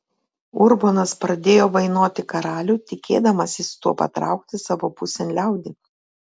urbonas pradėjo vainoti karalių tikėdamasis tuo patraukti savo pusėn liaudį